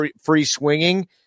free-swinging